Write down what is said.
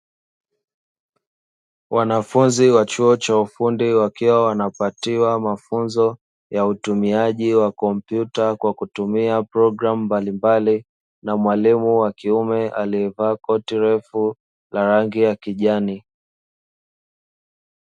Wanafunzi wa chuo cha ufundi wakiwa wanapatiwa mafunzo ya utumiaji wa kompyuta kwa kutumia programu mbalimbali na mwalimu wa kiume aliyevaa kotirefu la rangi ya kijani